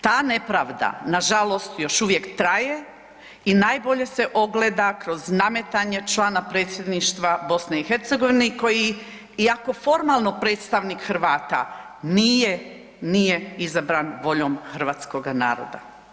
Ta nepravda na žalost još uvijek traje i najbolje se ogleda kroz nametanje člana Predsjedništva BiH koji iako formalno predstavnik Hrvata nije izabran voljom Hrvatskoga naroda.